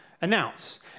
announce